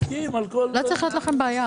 לא צריכה להיות לכם בעיה.